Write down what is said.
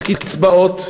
בקצבאות,